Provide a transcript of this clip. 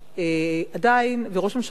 עדיין, וראש הממשלה,